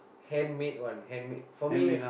handmade one handmade